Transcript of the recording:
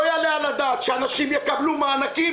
לא יעלה על הדעת שאנשים יקבלו מענקים